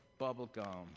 Bubblegum